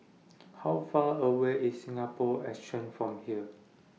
How Far away IS Singapore Exchange from here